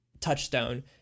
touchstone